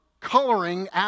coloring